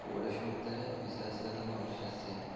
षोडशोत्तरद्विसहस्रतमवर्षस्य